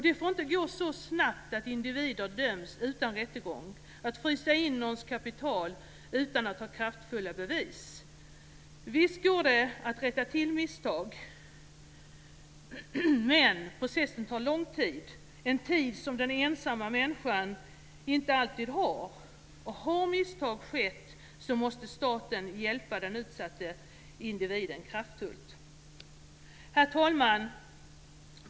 Det får inte gå så snabbt att individer döms utan rättegång, att man fryser in någons kapital utan att ha kraftfulla bevis. Visst går det att rätta till misstag. Men processen tar lång tid, en tid som den ensamma människan inte alltid har. Har misstag skett måste staten hjälpa den utsatta individen kraftfullt. Herr talman!